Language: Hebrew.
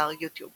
באתר יוטיוב